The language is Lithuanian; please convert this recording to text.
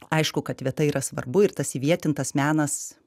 aišku kad vieta yra svarbu ir tas įvietintas menas